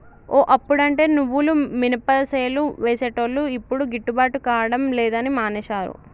ఓ అప్పుడంటే నువ్వులు మినపసేలు వేసేటోళ్లు యిప్పుడు గిట్టుబాటు కాడం లేదని మానేశారు